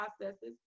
processes